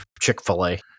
Chick-fil-A